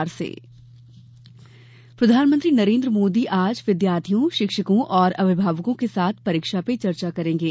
परीक्षा चर्चा प्रधानमंत्री नरेन्द्र मोदी आज विद्यार्थियों शिक्षकों और अभिभावकों के साथ परीक्षा पे चर्चा करेंगे